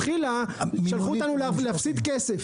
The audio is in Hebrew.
שמלכתחילה, שלחו אותנו להפסיד כסף,